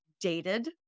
dated